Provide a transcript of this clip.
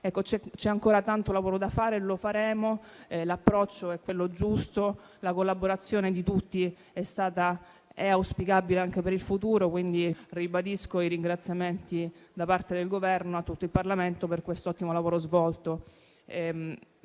C'è ancora tanto lavoro da fare e lo faremo. L'approccio è quello giusto. La collaborazione di tutti è auspicabile anche per il futuro. Ribadisco, quindi, i ringraziamenti da parte del Governo a tutto il Parlamento per l'ottimo lavoro svolto.